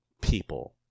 people